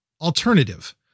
alternative